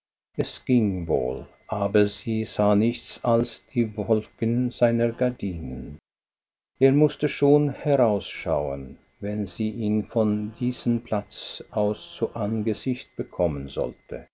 es ging wohl aber sie sah nichts als die wolken seiner gardinen er mußte schon herausschauen wenn sie ihn von diesem platz aus zu angesicht bekommen sollte